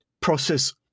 process